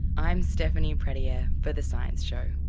i'm stephanie pradier for the science show